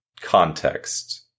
context